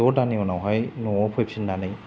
द' दाननि उनावहाय न'आव फैफिन्नानै